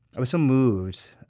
i was so moved